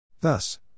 Thus